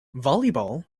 volleyball